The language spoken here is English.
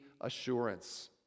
assurance